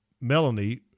Melanie